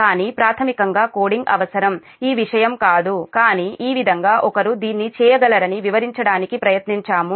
కానీ ప్రాథమికంగా కోడింగ్ అవసరం ఈ విషయం కాదు కానీ ఈ విధంగా ఒకరు దీన్ని చేయగలరని వివరించడానికి ప్రయత్నించాము